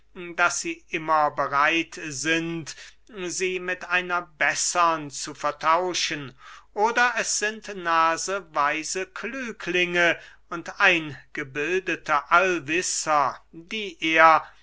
daß sie immer bereit sind sie mit einer bessern zu vertauschen oder es sind naseweise klüglinge und eingebildete allwisser die er